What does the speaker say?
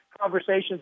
conversations